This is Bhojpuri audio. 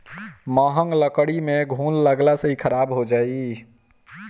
महँग लकड़ी में घुन लगला से इ खराब हो जाई